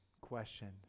question